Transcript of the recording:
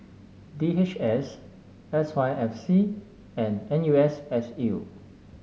D H S S Y F C and N U S S U